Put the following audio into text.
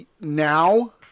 now